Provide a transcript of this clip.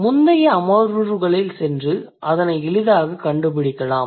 முந்தைய அமர்வுகளில் சென்று அதனை எளிதாகக் கண்டுபிடிக்கலாம்